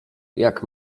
jak